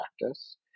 practice